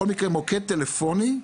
מוקד טלפוני,